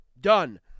Done